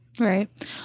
Right